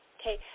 Okay